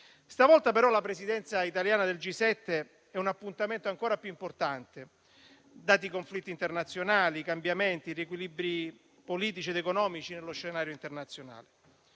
Stavolta, però, la Presidenza italiana del G7 è un appuntamento ancora più importante, dati i conflitti internazionali, i cambiamenti, gli equilibri politici ed economici nello scenario internazionale.